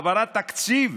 העברת תקציב,